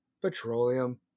petroleum